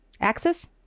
axis